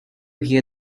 hear